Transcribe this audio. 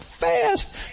fast